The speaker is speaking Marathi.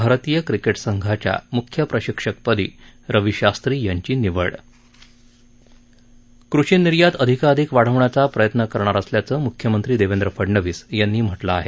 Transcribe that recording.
भारतीय क्रिकेट संघाच्या म्ख्य प्रशिक्षकपदी रवी शास्त्री यांची निवड कृषी निर्यात अधिकाधिक वाढवण्याचा प्रयत्न करणार असल्याचं मुख्यमंत्री देवेंद्र फडणवीस यांनी म्हटलं आहे